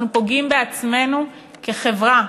אנחנו פוגעים בעצמנו כחברה,